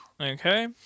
Okay